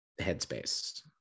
headspace